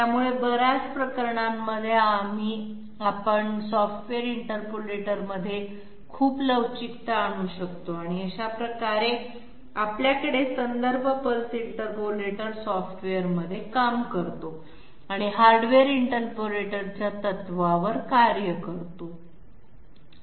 त्यामुळे बर्याच प्रकरणांमध्ये आपण सॉफ्टवेअर इंटरपोलेटरमध्ये खूप लवचिकता आणू शकतो आणि अशा प्रकारे आपल्याकडे संदर्भ पल्स इंटरपोलेटर सॉफ्टवेअरमध्ये काम करतो आणि हार्डवेअर इंटरपोलेटरच्या तत्त्वावर कार्य करतो